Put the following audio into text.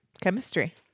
chemistry